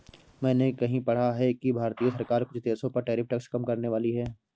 मैंने कहीं पढ़ा है कि भारतीय सरकार कुछ देशों पर टैरिफ टैक्स कम करनेवाली है